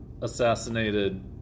assassinated